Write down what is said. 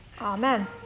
Amen